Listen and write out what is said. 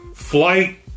Flight